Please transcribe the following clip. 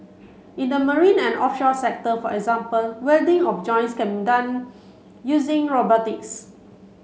in the marine and offshore sector for example welding of joints can done using robotics